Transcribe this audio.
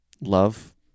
Love